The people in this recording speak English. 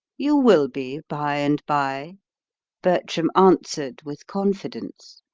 you will be by-and-by, bertram answered, with confidence.